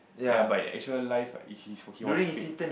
ya but in actual life he he was paid